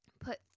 put